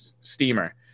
steamer